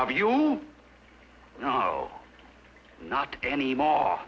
of you know not any more